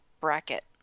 bracket